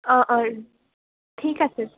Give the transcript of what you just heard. অঁ অঁ ঠিক আছে